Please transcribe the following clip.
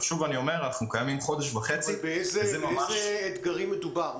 אנחנו קיימים חודש וחצי וזה ממש --- באיזה אתגרים מדובר?